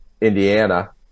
Indiana